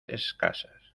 escasas